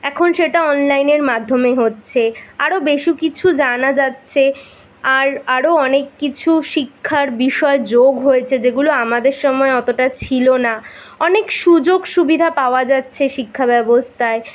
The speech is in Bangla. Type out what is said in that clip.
এখন সেটা অনলাইনের মাধ্যমে হচ্ছে আরও বেশি কিছু জানা যাচ্ছে আর আরও অনেক কিছু শিক্ষার বিষয় যোগ হয়েছে যেগুলো আমাদের সময়ে অতটা ছিল না অনেক সুযোগ সুবিধা পাওয়া যাচ্ছে শিক্ষাব্যবস্থায়